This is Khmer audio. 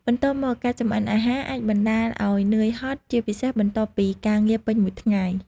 បន្ទាប់មក ការចម្អិនអាហារអាចបណ្ដាលឱ្យ នឿយហត់ ជាពិសេសបន្ទាប់ពីការងារពេញមួយថ្ងៃ។